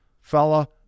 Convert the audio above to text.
fella